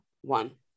one